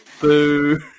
Boo